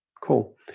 Cool